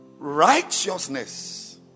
Righteousness